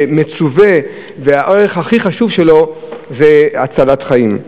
שמצווה והערך הכי חשוב שלו זה הצלת חיים.